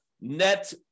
net